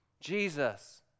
Jesus